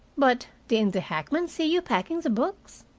but didn't the hackman see you packing the books?